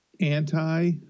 anti